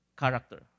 character